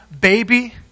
baby